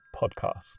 Podcast